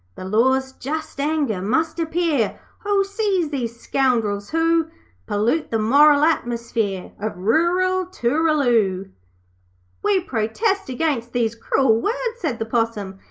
the law's just anger must appear. ho! seize these scoundrels who pollute the moral atmosphere of rural tooraloo we protest against these cruel words said the possum.